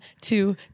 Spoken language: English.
two